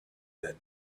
that